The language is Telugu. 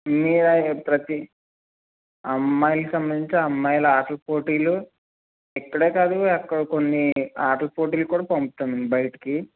మీలాగే ప్రతి అమ్మాయిలకి సంభందించి అమ్మాయిల ఆటలపోటీలు ఇక్కడే కాదు అక్కడ కొన్ని ఆటల పోటీలకు కూడా పంపుతాము బయటికి